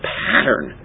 pattern